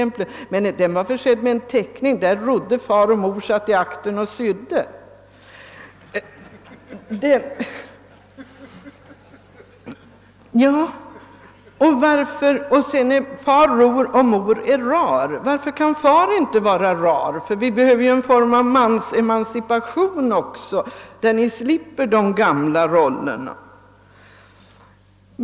I den norska boken finns emellertid en teckning — där rodde far och mor satt i aktern och sydde. »Far ror och mor är rar.» Varför kan far inte vara rar? Vi behöver en form av mansemancipation också, så att vi slipper de gamla rollerna.